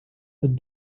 but